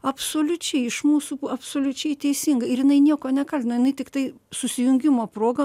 absoliučiai iš mūsų absoliučiai teisinga ir jinai nieko nekaltina jinai tiktai susijungimo proga